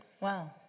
Wow